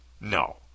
No